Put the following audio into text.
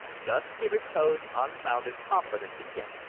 thus he reposed unbounded confidence in him.